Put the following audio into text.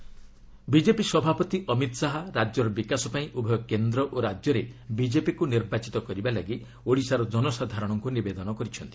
Amit Shah BJP BJP ସଭାପତି ଅମିତ ଶାହା ରାଜ୍ୟର ବିକାଶ ପାଇଁ ଉଭୟ କେନ୍ଦ୍ର ଓ ରାଜ୍ୟରେ ବିଜେପିକୁ ନିର୍ବାଚିତ କରିବା ଲାଗି ଓଡ଼ିଶାର ଜନସାଧାରଣଙ୍କୁ ନିବେଦନ କରିଛନ୍ତି